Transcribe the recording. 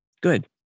Good